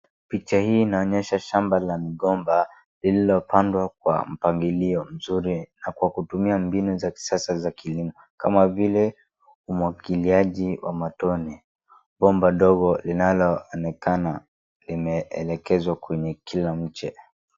Picha hii inaonyesha shamba la migomba lililopandwa kwa mpangilio mzuri na kwa kutumia mbinu za kisasa za kilimo kama vile umuagiliaji wa matone. Gomba ndogo linaloonekana limeelekezwa kwenye kila mche.